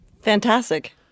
Fantastic